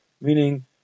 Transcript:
Meaning